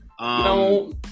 No